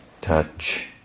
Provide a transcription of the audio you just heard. touch